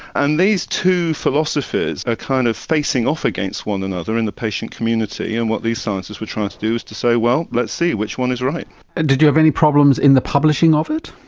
and these two philosophies are kind of facing off against one another in the patient community and what these scientists were trying to do is to say, well, let's see. which one is right? and did you have any problems in the publishing of it?